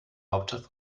hauptstadt